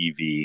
EV